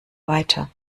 weiter